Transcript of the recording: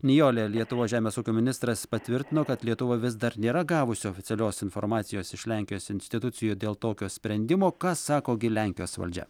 nijole lietuvos žemės ūkio ministras patvirtino kad lietuva vis dar nėra gavusi oficialios informacijos iš lenkijos institucijų dėl tokio sprendimo ką sako gi lenkijos valdžia